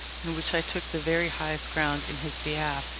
in which i took the very highest ground in his behalf,